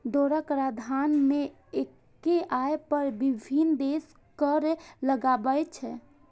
दोहरा कराधान मे एक्के आय पर विभिन्न देश कर लगाबै छै